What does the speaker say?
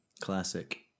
Classic